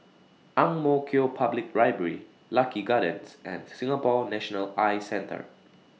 Ang Mo Kio Public Library Lucky Gardens and Singapore National Eye Centre